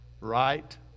right